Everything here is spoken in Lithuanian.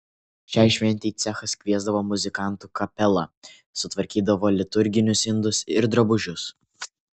šiai šventei cechas kviesdavo muzikantų kapelą sutvarkydavo liturginius indus ir drabužius